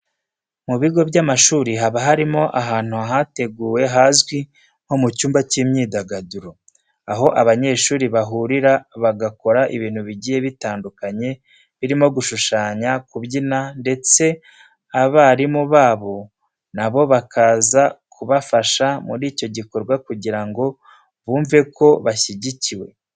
Mu bigo by'amashuri haba harimo ahantu hateguwe hazwi nko mu cyumba cy'imyidagaduro, aho abanyeshuri bahurira bagakora ibintu bigiye bitandukanye birimo gushushanya, kubyina ndetse abarimu babo na bo bakaza kubafasha muri icyo gikorwa kugira ngo bumve ko bashyigikiwe.